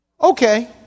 Okay